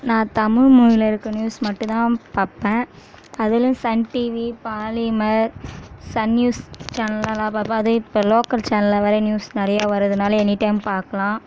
நான் தமிழ்மொழியில் இருக்க நியூஸ் மட்டுந்தான் பார்ப்பேன் அதுலேயும் Sun TV Polimer Sun News சேனல்லாம் பார்ப்பேன் அதுவும் இப்போ லோக்கல் சேனலில் வர நியூஸ் நிறையா வர்றதுனால எனிடைம் பாக்கலாம்